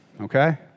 okay